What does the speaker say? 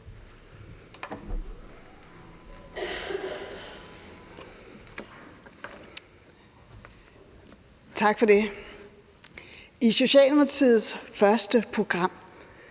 Tak for det. I Socialdemokratiets første program,